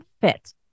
fit